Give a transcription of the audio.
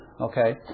okay